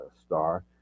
star